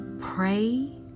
pray